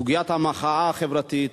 סוגיית המחאה החברתית.